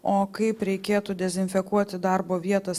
o kaip reikėtų dezinfekuoti darbo vietos